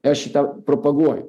aš į tą propaguoju